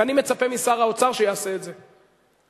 ואני מצפה משר האוצר שיעשה את זה,